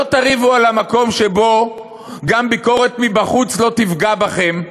לא תריבו על המקום שבו גם ביקורת מבחוץ לא תפגע בכם,